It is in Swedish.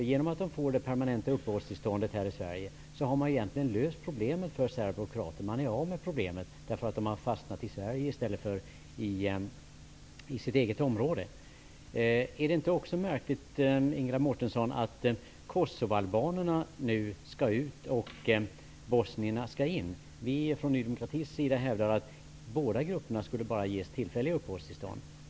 Genom att de får permanent uppehållstillstånd här i Sverige har man egentligen löst problemet för serber och kroater. Man är av med problemet, därför att de har fastnat i Sverige i stället för i sitt eget område. Är det inte också märkligt att kosovoalbanerna nu skall ut och bosnierna skall in? Vi från Ny demokrati hävdar att båda grupperna bara skulle ges tillfälliga uppehållstillstånd.